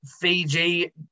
Fiji